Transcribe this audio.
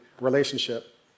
relationship